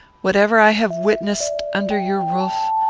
whatever i have witnessed under your roof,